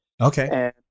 Okay